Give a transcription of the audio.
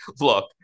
look